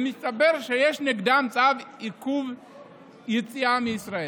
מסתבר שיש נגדם צו עיכוב יציאה מישראל.